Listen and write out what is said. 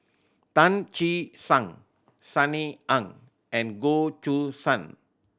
Tan Che Sang Sunny Ang and Goh Choo San